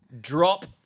drop